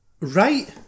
Right